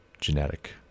genetic